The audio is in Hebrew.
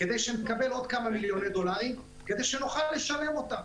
כדי שנקבל עוד כמה מיליוני דולרים כדי שנוכל לשלם את הכסף.